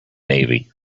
navy